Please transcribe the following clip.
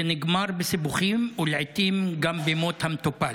נגמר בסיבוכים ולעיתים גם במות המטופל".